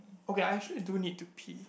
okay I actually do need to pee